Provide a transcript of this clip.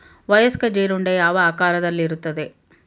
ವಯಸ್ಕ ಜೀರುಂಡೆ ಯಾವ ಆಕಾರದಲ್ಲಿರುತ್ತದೆ?